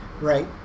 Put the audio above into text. right